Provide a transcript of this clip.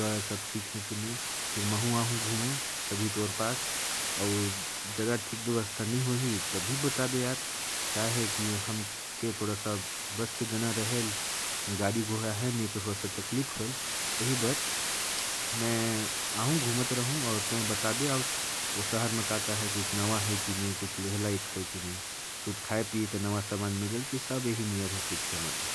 व्यवस्था कैसी है? फिर मैं भी घूमने जाऊँगा। बढ़िया शहर है कि वैसे ही संथिया (माधे) है?